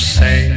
say